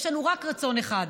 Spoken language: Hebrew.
יש לנו רק רצון אחד,